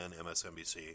MSNBC